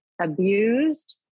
abused